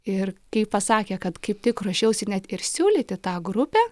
ir kai pasakė kad kaip tik ruošiausi net ir siūlyti tą grupę